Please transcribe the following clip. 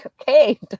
Okay